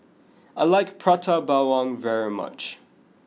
I like Prata Bawang very much